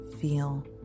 feel